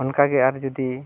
ᱚᱱᱠᱟᱜᱮ ᱟᱨᱚ ᱡᱩᱫᱤ